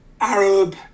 Arab